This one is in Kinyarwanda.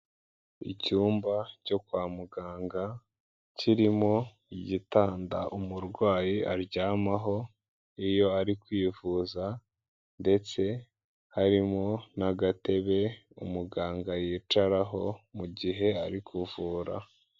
Icyumba cyo kwa muganga, kirimo igitanda umurwayi aryamaho iyo ari kwivuza ndetse harimo n'agatebe umuganga yicaraho mu gihe ari kuvura.